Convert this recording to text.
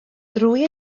drwy